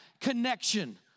connection